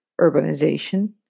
urbanization